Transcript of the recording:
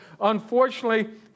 unfortunately